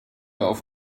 auf